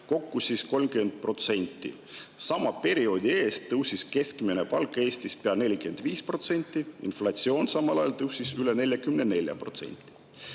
kokku 30%. Sama perioodi ajal tõusis keskmine palk Eestis pea 45%, inflatsioon samal ajal tõusis üle 44%.